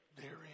therein